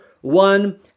one